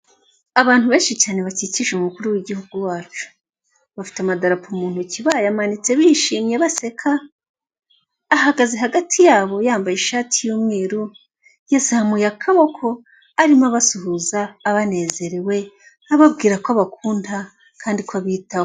Abantu benshi cyane bakikije umukuru w'igihugu wacu, bafite amadararapo mu ntoki bayamanitse, bishimye, baseka, ahagaze hagati yabo, yambaye ishati y'umweru, yazamuye akaboko arimo abasuhuza, abanezerewe, ababwira ko abakunda kandi ko abitaho.